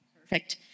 Perfect